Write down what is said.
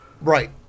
Right